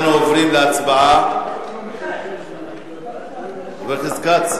אנחנו עוברים להצביע על הצעת ועדת הכנסת.